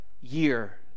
Year